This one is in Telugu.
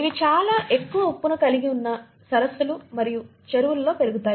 ఇవి చాలా ఎక్కువ ఉప్పును కలిగి ఉన్న సరస్సులు మరియు చెరువులలో పెరుగుతాయి